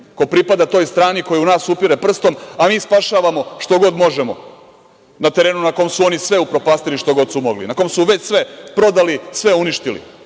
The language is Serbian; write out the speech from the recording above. ko pripada toj strani, koji u nas upire prstom, a mi spašavamo što god možemo na terenu na kom su oni sve upropastili što god su mogli, na kom su već sve prodali, sve uništili.